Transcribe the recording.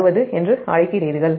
8260 என்று அழைக்கிறீர்கள்